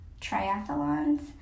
triathlons